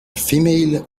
female